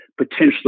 potentially